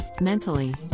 mentally